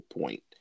point